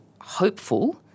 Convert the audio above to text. hopeful